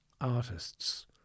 artists